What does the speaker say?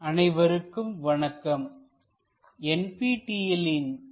orthographic projection I பகுதி 5 அனைவருக்கும் வணக்கம்